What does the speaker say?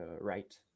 right